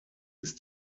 ist